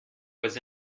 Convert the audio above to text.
was